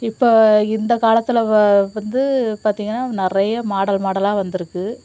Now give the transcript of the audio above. இப்போ இந்த காலத்தில் வந்து பார்த்திங்கன்னா நிறைய மாடல் மாடலாக வந்திருக்கு